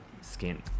skin